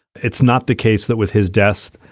it's not the case that with his death,